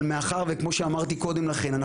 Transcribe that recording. אבל מאחר שכמו שאמרתי קודם לכן,